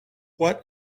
what